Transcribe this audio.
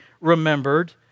remembered